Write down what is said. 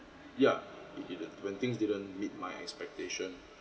ya it didn't when things didn't meet my expectation